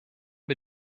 wir